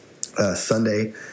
Sunday